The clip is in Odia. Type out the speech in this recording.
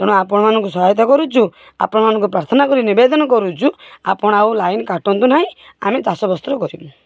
ତେଣୁ ଆପଣମାନଙ୍କୁ ସହାୟତା କରୁଛୁ ଆପଣମାନଙ୍କୁ ପ୍ରାର୍ଥନା କରି ନିବେଦନ କରୁଛୁ ଆପଣ ଆଉ ଲାଇନ୍ କାଟନ୍ତୁ ନାହିଁ ଆମେ ଚାଷ ବାସ କରିମୁ